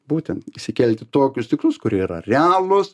būtent išsikelti tokius tikslus kurie yra realūs